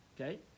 okay